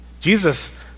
Jesus